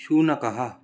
शुनकः